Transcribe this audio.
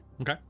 Okay